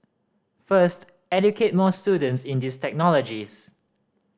first educate more students in these technologies